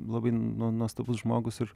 labai nu nuostabus žmogus ir